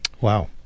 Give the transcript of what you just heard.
Wow